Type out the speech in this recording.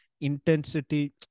intensity